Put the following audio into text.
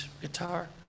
guitar